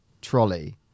trolley